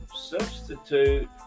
substitute